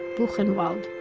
buchenwald.